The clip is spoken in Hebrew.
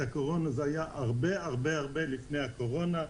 בקשר לקורונה היה הרבה הרבה לפני הקורונה.